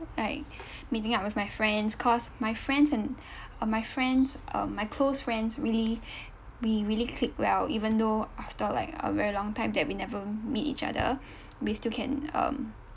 like meeting up with my friends cause my friends and uh my friends um my close friends really we really click well even though after like a very long time that we never meet each other we still can um